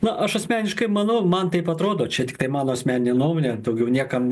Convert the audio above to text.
na aš asmeniškai manau man taip atrodo čia tik tai mano asmeninė nuomonė daugiau niekam